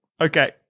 Okay